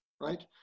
right